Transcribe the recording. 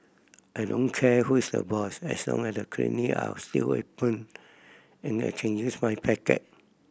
I don't care who is the boss as long as the clinic are still open and I can use my package